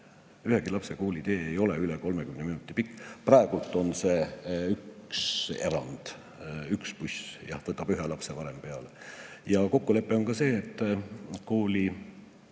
ühegi lapse koolitee ei ole üle 30 minuti pikk. Praegu on üks erand, üks buss võtab ühe lapse varem peale. Ja kokkulepe on ka see, et